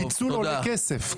פיצול עולה כסף.